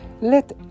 Let